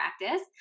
practice